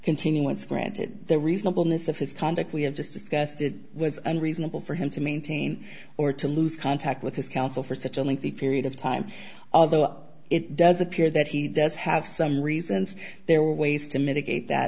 continuance granted the reasonableness of his conduct we have just discussed it was unreasonable for him to maintain or to lose contact with his counsel for such a lengthy period of time although it does appear that he does have some reasons there were ways to mitigate that